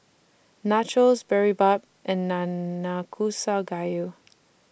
Nachos Boribap and Nanakusa Gayu